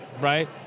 right